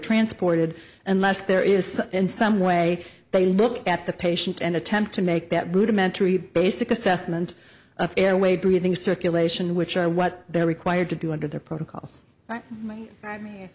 transported unless there is in some way they look at the patient and attempt to make that rudimentary basic assessment of airway breathing circulation which are what they're required to do under the protocols